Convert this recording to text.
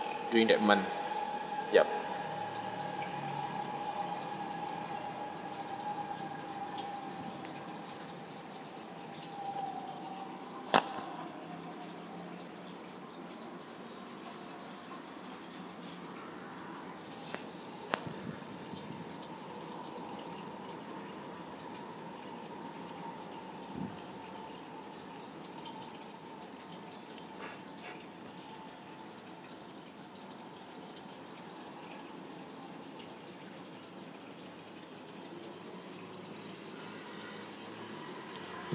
during that month yup